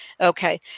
Okay